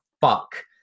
fuck